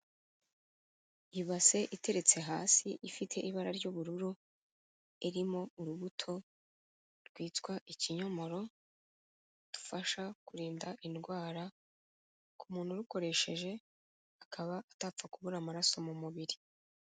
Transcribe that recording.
Ibase iteretse hasi ifite ibara ry'ubururu, irimo urubuto rwitwa ikinyomoro kidufasha kurinda indwara, ku muntu urukoresheje akaba atapfa kubura amaraso mu mubiri.